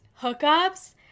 hookups –